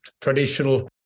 traditional